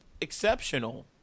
exceptional